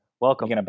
Welcome